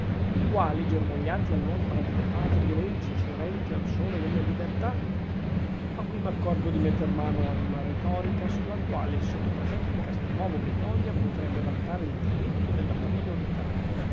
i quali germogliati all'ombra delle patrie leggi e fiorenti al sole della libertà ma qui m'accorgo di metter mano ad una retorica sulla quale il sottoprefetto di castelnuovo bedonia potrebbe vantare il diritto della priorità